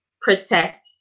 protect